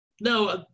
no